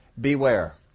beware